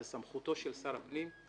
זו סמכותו של שר הפנים,